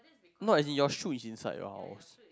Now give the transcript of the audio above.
not as in your chute is inside your house